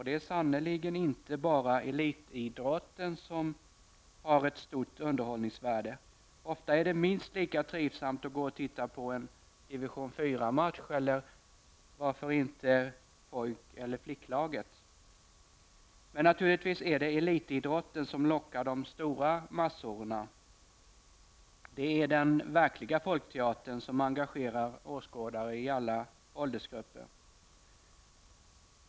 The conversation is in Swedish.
Det är sannerligen inte bara elitidrotten som har ett stort underhållningsvärde. Ofta är det minst lika trivsamt att gå och titta på en division 4 match eller varför inte en match med pojk eller flicklaget. Men naturligtvis är det elitidrotten som lockar de stora massorna. Det är den verkliga folkteatern som engagerar åskådare i alla åldersgrupper.